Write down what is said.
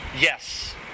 Yes